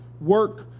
work